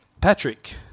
Patrick